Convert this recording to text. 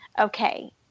okay